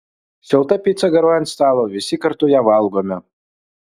šilta pica garuoja ant stalo visi kartu ją valgome